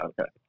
Okay